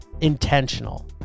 intentional